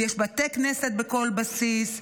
ויש בתי כנסת בכל בסיס.